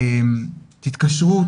תתקשרו,